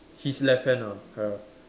his left hand ah ya